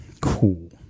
cool